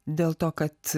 dėl to kad